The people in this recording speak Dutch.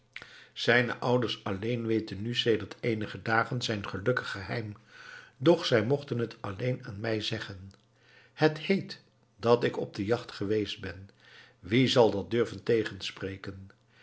zijne ouders alleen weten nu sedert enige dagen zijn gelukkig geheim doch zij mochten het alleen aan mij zeggen het heet dat ik op de jacht geweest ben wie zal dat durven tegenspreken